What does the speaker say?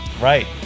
Right